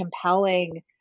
compelling